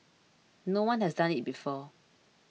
no one has done it before